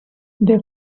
they